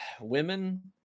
women